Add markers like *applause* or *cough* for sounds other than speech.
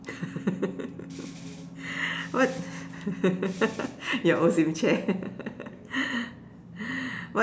*laughs* what *laughs* your OSIM chair *laughs*